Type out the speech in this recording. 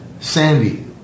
Sandy